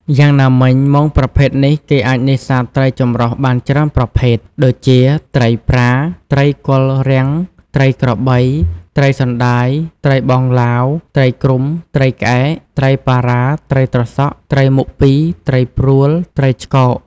យ៉ាងណាមិញ មងប្រភេទនេះ គេអាចនេសាទត្រីចម្រុះបានច្រើនប្រភេទ ដូចជា ត្រីប្រា ត្រីគល់រាំង ត្រីក្របី ត្រីសណ្តាយត្រីបងឡាវ ត្រីគ្រុំ ត្រីក្អែក ត្រីប៉ាវ៉ាត្រីត្រសក់ ត្រីមុខពីរ ត្រីព្រួល ត្រីឆ្កោក ។